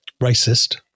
racist